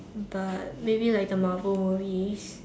but maybe like the Marvel movies